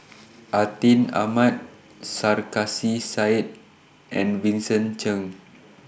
Atin Amat Sarkasi Said and Vincent Cheng